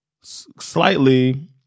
slightly